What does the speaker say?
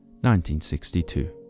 1962